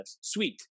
Sweet